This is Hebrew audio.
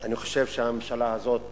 ואני חושב שהממשלה הזאת